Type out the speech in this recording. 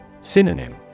Synonym